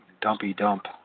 dumpy-dump